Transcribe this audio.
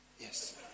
Yes